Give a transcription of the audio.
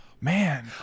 Man